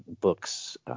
books